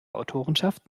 autorenschaft